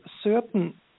certain